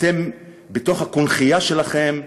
אתם בתוך הקונכייה שלכם,